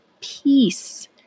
peace